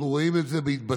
אנחנו רואים את זה בהתבטאויות.